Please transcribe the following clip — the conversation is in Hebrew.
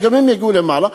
שגם הם יגיעו למעלה.